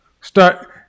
start